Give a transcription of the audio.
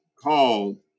called